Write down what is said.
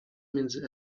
między